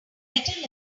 better